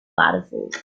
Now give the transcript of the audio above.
battlefield